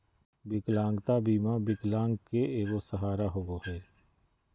विकलांगता बीमा विकलांग के एगो सहारा होबो हइ